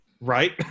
Right